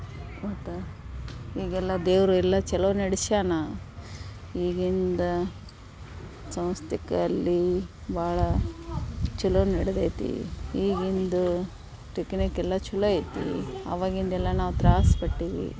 ಮತ್ತು ಈಗೆಲ್ಲ ದೇವರು ಎಲ್ಲ ಚಲೋ ನಡ್ಸ್ಯಾನ ಈಗಿಂದು ಸಂಸ್ತಿಕಲ್ಲಿ ಭಾಳ ಚಲೋ ನಡೆದೈತೀ ಈಗಿಂದು ಟೆಕ್ನಿಕೆಲ್ಲ ಚಲೋ ಐತಿ ಅವಾಗಿಂದೆಲ್ಲ ನಾವು ತ್ರಾಸು ಪಟ್ಟೀವಿ